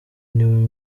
niwe